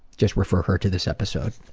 just refer her to this episode.